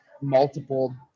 multiple